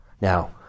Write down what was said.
Now